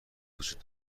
وجود